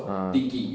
a'ah